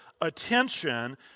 attention